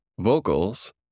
vocals